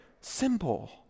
simple